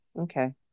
Okay